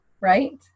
right